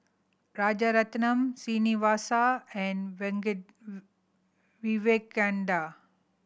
Rajaratnam Srinivasa and Vivekananda